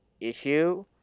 issue